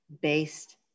based